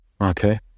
Okay